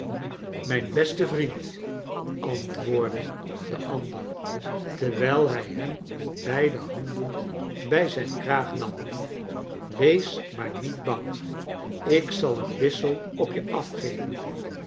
mijn beste vriend antwoordde de andere terwijl hij hem met beide handen bij zijn kraag nam wees maar niet bang ik zal een wissel op je afgeven